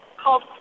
called